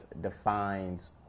defines